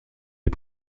des